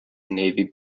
navy